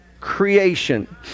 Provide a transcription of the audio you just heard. creation